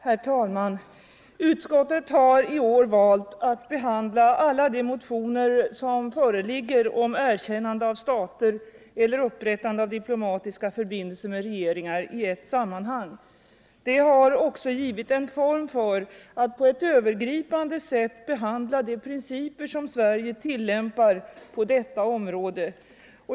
Herr taiman! Utskottet har i år valt att behandla alla de motioner som föreligger om erkännande av stater eller upprättande av diplomatiska förbindelser med regeringar i ett sammanhang. Det har också givit en form för att på ett övergripande sätt behandla de principer som Sverige tillämpar på detta område.